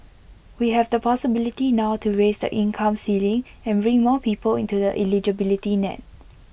we have the possibility now to raise the income ceiling and bring more people into the eligibility net